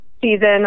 season